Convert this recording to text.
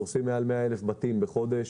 אנחנו פורסים מעל 100,000 בתים בחודש